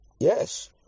Yes